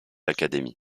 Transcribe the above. academy